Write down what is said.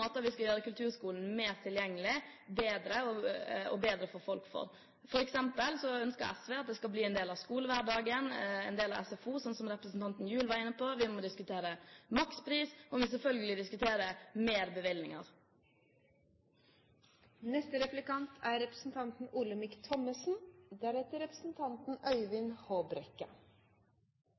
mange måter vi skal gjøre kulturskolen mer tilgjengelig og bedre for folk. For eksempel ønsker SV at den skal bli en del av skolehverdagen, en del av SFO, som representanten Gjul var inne på. Vi må diskutere makspris, og vi må selvfølgelig diskutere større bevilgninger. Representanten